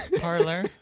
parlor